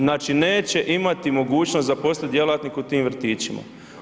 Znači neće imati mogućnost zaposliti djelatnike u tim vrtićima.